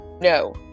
no